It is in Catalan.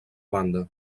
banda